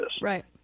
Right